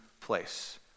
place